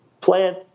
plant